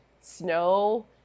snow